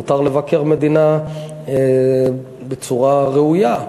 מותר לבקר מדינה בצורה ראויה.